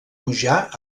pujar